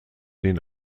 den